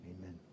amen